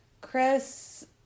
Chris